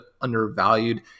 undervalued